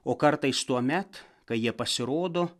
o kartais tuomet kai jie pasirodo